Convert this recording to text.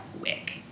quick